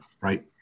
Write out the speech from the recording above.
Right